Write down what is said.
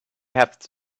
have